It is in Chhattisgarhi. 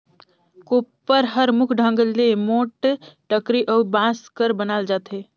कोपर हर मुख ढंग ले मोट लकरी अउ बांस कर बनाल जाथे